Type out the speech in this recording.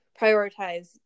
prioritize